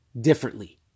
differently